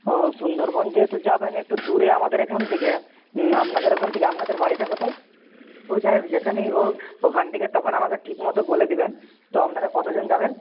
ও সুন্দরবন যেহেতু যাবেন একটু দূরে আমাদের এখান থেকে আপনাদের ওখান থেকে আপনাদের বাড়িটা কোথায় ও যাই হোক যেখানেই হোক ওখান থেকে তখন আমাকে ঠিক মতো বলে দিবেন তো আপনারা কতোজন যাবেন